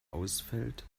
ausfällt